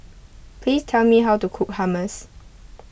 please tell me how to cook Hummus